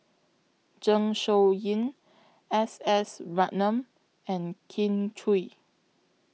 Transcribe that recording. Zeng Shouyin S S Ratnam and Kin Chui